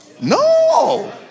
No